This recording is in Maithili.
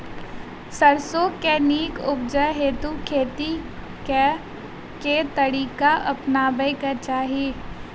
सैरसो केँ नीक उपज हेतु खेती केँ केँ तरीका अपनेबाक चाहि?